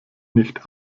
nicht